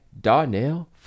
Darnell